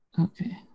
Okay